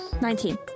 Nineteen